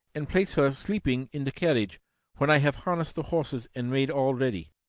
and place her sleeping in the carriage when i have harnessed the horses and made all ready.